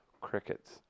Crickets